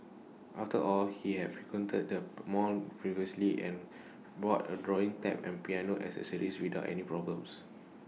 after all he had frequented the mall previously and bought A drawing tab and piano accessories without any problems